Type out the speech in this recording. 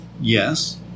Yes